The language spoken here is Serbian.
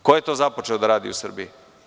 Ko je to započeo da radi u Srbiji?